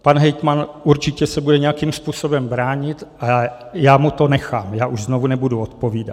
Pan hejtman určitě se bude nějakým způsobem bránit a já mu to nechám, už znovu nebudu odpovídat.